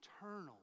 eternal